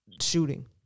shooting